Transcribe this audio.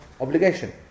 obligation